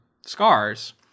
scars